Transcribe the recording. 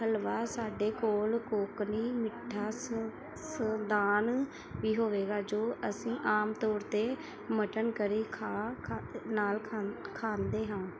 ਹਲਵਾ ਸਾਡੇ ਕੋਲ ਕੋਂਕਣੀ ਮਿੱਠਾ ਸੰਦਾਨ ਵੀ ਹੋਵੇਗਾ ਜੋ ਅਸੀਂ ਆਮ ਤੌਰ 'ਤੇ ਮਟਨ ਕਰੀ ਖਾ ਨਾਲ ਖਾਂਦੇ ਹਾਂ